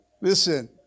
Listen